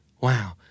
Wow